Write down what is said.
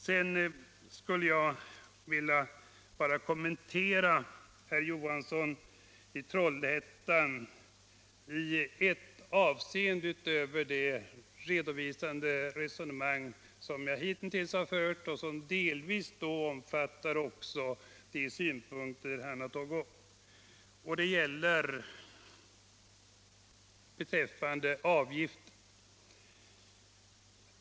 Sedan skulle jag bara vilja bemöta herr Johansson i Trollhättan i ett avseende utöver det redovisande resonemang som jag hittills har fört och som delvis också omfattar de synpunkter som herr Johansson har fört fram. Det gäller avgiften.